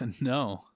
no